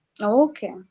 okay